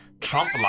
trump